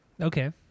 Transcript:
Okay